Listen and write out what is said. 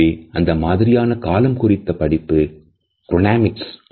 எனவே இந்த மாதிரியான காலம் குறித்த படிப்பு குரோநேமிக்ஸ்